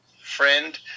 friend